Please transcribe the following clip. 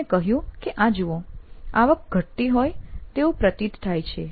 તેણે કહ્યું કે આ જુઓ આવક ઘટતી હોય તેવું પ્રતીત થાય છે